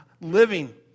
living